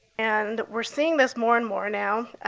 and we're seeing this more and more now.